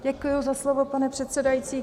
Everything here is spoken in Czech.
Děkuji za slovo, pane předsedající.